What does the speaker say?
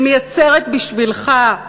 והיא מייצרת בשבילך,